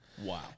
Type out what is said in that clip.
Wow